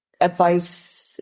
advice